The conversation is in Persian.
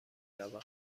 روم